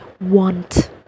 want